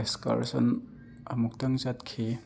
excursion ꯑꯃꯨꯛꯇꯪ ꯆꯠꯈꯤ